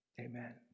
Amen